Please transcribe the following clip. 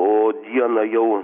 o dieną jau